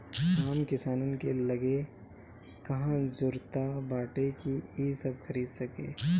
आम किसानन के लगे कहां जुरता बाटे कि इ सब खरीद सके